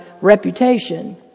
reputation